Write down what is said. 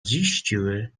ziściły